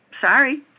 sorry